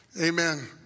amen